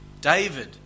David